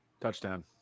Touchdown